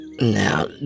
Now